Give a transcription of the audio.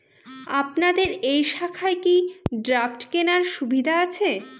আপনাদের এই শাখায় কি ড্রাফট কেনার সুবিধা আছে?